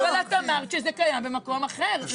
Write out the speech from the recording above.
אבל את אמרת שזה קיים במקום אחר,